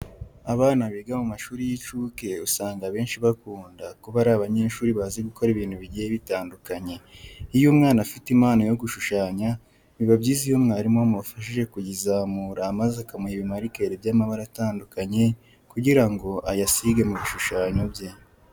Abana biga mu mashuri y'incuke usanga akenshi bakunda kuba ari abanyeshuri bazi gukora ibintu bigiye bitandukanye. Iyo umwana afite impano yo gushushanya biba byiza iyo umwarimu we amufashishije kuyizamura maze akamuha ibimarikeri by'amabara atandukanye kugira ngo ayasige mu bishushanyo bye.